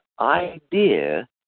idea